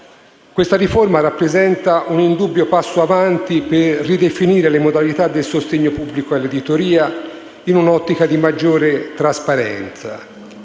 Questa riforma rappresenta un indubbio passo avanti per ridefinire le modalità del sostegno pubblico all'editoria in un'ottica di maggiore trasparenza.